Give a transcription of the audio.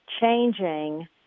changing